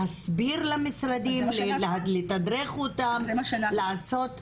להסביר למשרדים, לתדרך אותם לעשות.